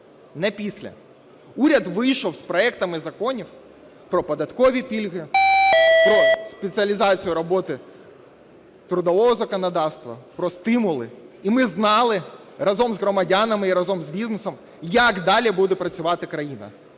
не після, уряд вийшов з проектами законів про податкові пільги, про спеціалізацію роботи трудового законодавства, про стимули, і ми знали разом з громадянами і разом з бізнесом, як далі буде працювати країна.